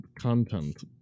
content